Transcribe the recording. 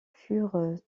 furent